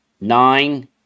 nine